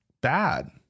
bad